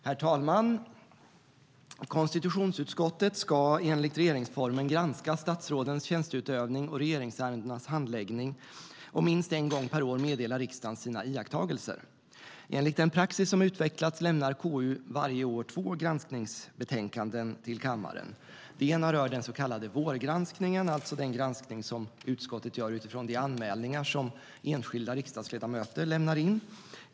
Granskning av stats-rådens tjänsteutövning och regeringsären-denas handläggningHerr talman! Konstitutionsutskottet ska enligt regeringsformen granska statsrådens tjänsteutövning och regeringsärendenas handläggning och minst en gång per år meddela riksdagen sina iakttagelser. Enligt den praxis som har utvecklats lämnar KU varje år två granskningsbetänkanden till kammaren. Det ena rör den så kallade vårgranskningen, alltså den granskning som utskottet gör utifrån de anmälningar mot statsråd som enskilda riksdagsledamöter lämnar in.